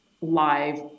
live